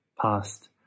past